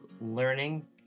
learning